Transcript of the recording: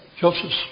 Joseph